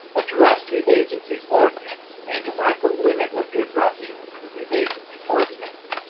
address the agency's argument and try to limit what you're addressing to the agency's argument,